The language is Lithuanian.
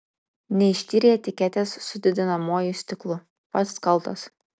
neištyrei etiketės su didinamuoju stiklu pats kaltas